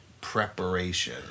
preparation